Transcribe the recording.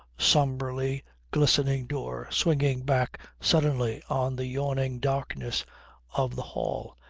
sombrely glistening door, swinging back suddenly on the yawning darkness of the hall,